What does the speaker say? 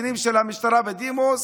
קצינים של המשטרה בדימוס,